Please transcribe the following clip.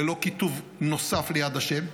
ללא כיתוב נוסף ליד השם,